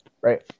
right